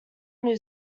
new